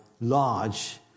large